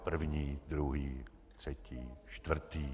První, druhý, třetí, čtvrtý.